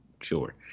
sure